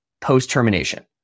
post-termination